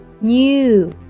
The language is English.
New